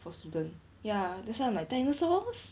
for student ya that's why I'm like dinosaurs